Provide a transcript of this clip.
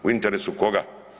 U interesu koga?